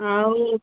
ଆଉ